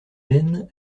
vaine